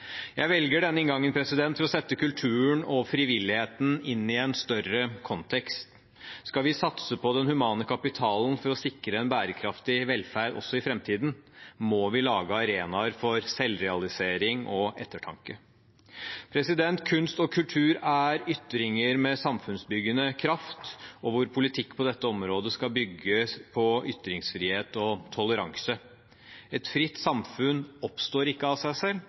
Jeg velger denne inngangen for å sette kulturen og frivilligheten inn i en større kontekst. Skal vi satse på den humane kapitalen for å sikre en bærekraftig velferd også i framtiden, må vi lage arenaer for selvrealisering og ettertanke. Kunst og kultur er ytringer med samfunnsbyggende kraft, og vår politikk på dette området skal bygge på ytringsfrihet og toleranse. Et fritt samfunn oppstår ikke av seg selv,